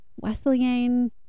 Wesleyan